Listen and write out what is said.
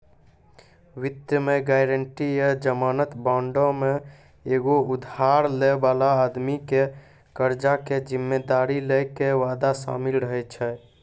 वित्त मे गायरंटी या जमानत बांडो मे एगो उधार लै बाला आदमी के कर्जा के जिम्मेदारी लै के वादा शामिल रहै छै